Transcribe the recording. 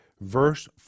verse